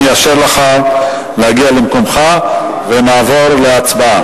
אני אאפשר לך להגיע למקומך, ונעבור להצבעה.